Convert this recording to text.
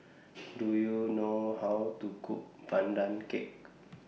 Do YOU know How to Cook Pandan Cake